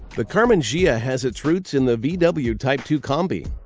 the karmann ghia has its roots in the vw ah vw type two combi,